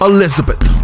Elizabeth